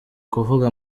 kuvuga